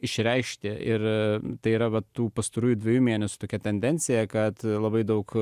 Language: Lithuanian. išreiškė tai yra tų pastarųjų dviejų mėnesių tokia tendencija kad labai daug